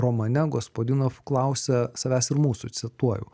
romane gospadinov klausia savęs ir mūsų cituoju